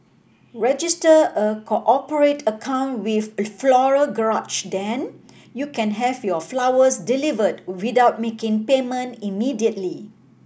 register a cooperate account with Floral Garage then you can have your flowers delivered without making payment immediately